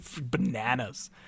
bananas